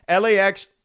LAX